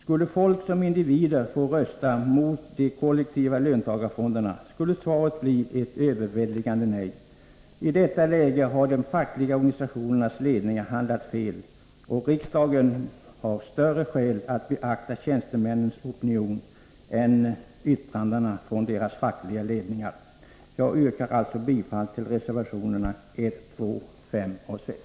Skulle folk som individer få rösta om de kollektiva löntagarfonderna, skulle svaret bli ett överväldigande nej. I detta läge har de fackliga organisationernas ledningar handlat fel, och riksdagen har större skäl att beakta tjänstemännens opinion än yttrandena från deras fackliga ledningar. Jag yrkar bifall till reservationerna 1, 2, 5 och 6.